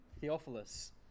Theophilus